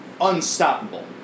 unstoppable